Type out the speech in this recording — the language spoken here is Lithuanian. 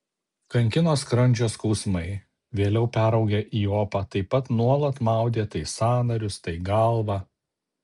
kankino skrandžio skausmai vėliau peraugę į opą taip pat nuolat maudė tai sąnarius tai galvą